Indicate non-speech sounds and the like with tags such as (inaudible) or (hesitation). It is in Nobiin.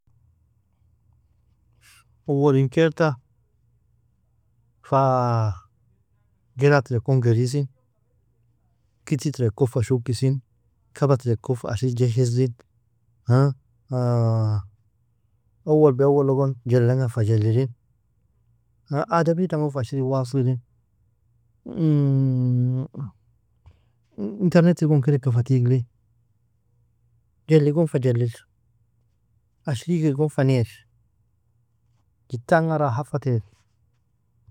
Awol in kail ka fa gera trek kon gerisin, kitti terk kon fa shokisin, kapa terk kon fa ashlrig jyhizrin, (hesitation) awol be awol logon jelli anga fa jellirin, (hesitation) ademri dan gon fa ashrig waaslirin, (hesitation) internel gon kedeka fa tigrin, jelli gon fa jellirin, ashrikir gon fa nair, jitta anga raha fa tair.